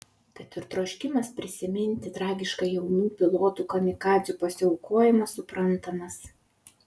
tad ir troškimas prisiminti tragišką jaunų pilotų kamikadzių pasiaukojimą suprantamas